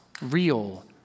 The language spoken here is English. real